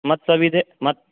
मत्सविधे मत्